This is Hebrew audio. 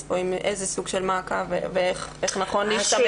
פה עם איזה סוג של מעקב ואיך נכון להשתמש בזה.